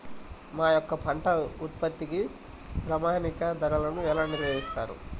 మా యొక్క పంట ఉత్పత్తికి ప్రామాణిక ధరలను ఎలా నిర్ణయిస్తారు?